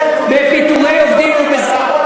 תצעק.